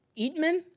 Eatman